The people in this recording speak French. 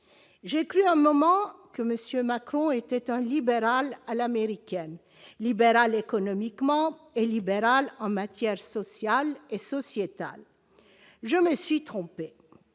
J'ai cru un moment que M. Macron était un libéral à l'américaine, libéral économiquement et en matière sociale et sociétale. Je me suis trompée